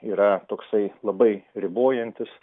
yra toksai labai ribojantis